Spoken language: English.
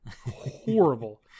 Horrible